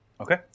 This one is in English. Okay